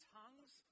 tongues